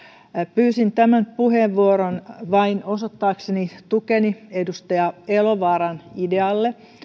pyysin tämän puheenvuoron vain osoittaakseni tukeni edustaja elovaaran idealle